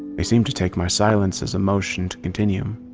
they seemed to take my silence as a motion to continue.